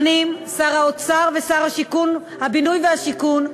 שר הפנים, שר האוצר ושר הבינוי והשיכון,